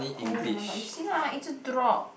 oh-my-god you see lah it just drop